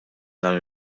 dan